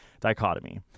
dichotomy